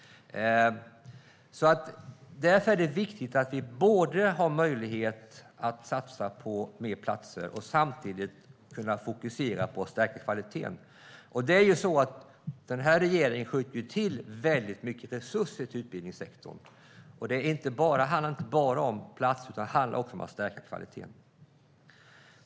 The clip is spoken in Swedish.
Det är viktigt att vi både har möjlighet att satsa på fler platser och samtidigt kan fokusera på att stärka kvaliteten. Den här regeringen skjuter till väldigt mycket resurser till utbildningssektorn, och det handlar inte bara om platser, utan det handlar också om att stärka kvaliteten.